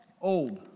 old